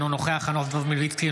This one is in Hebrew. אינו נוכח חנוך דב מלביצקי,